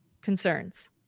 concerns